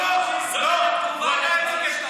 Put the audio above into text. לא טוקבקיסט.